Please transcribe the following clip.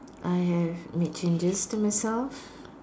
I have made changes to myself